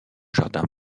jardin